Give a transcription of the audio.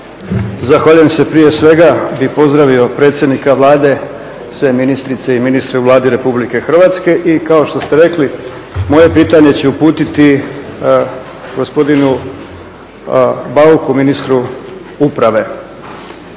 Zahvaljujem se. Prije svega bih pozdravio predsjednika Vlade, sve ministrice i ministre u Vladi Republike Hrvatske i kao što ste rekli, moje pitanje ću uputiti gospodinu Bauku, ministru uprave.